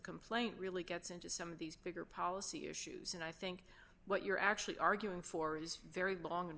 complaint really gets into some of these bigger policy issues and i think what you're actually arguing for is very long